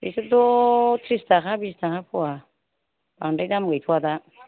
बेफोरथ' थ्रिस थाखा बिस थाखा फ'वा बांद्राय दाम गैथ'वा दा